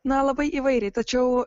na labai įvairiai tačiau